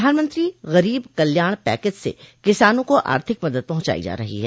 प्रधानमंत्री गरीब कल्याण पैकेज से किसानों को आर्थिक मदद पहुंचायी जा रही है